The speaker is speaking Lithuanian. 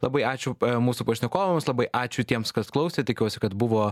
labai ačiū pa mūsų pašnekovams labai ačiū tiems kas klausė tikiuosi kad buvo